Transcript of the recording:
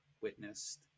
witnessed